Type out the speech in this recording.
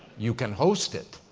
you can host it,